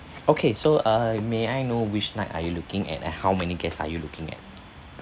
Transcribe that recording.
okay so uh may I know which night are you looking at and how many guests are you looking at